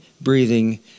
breathing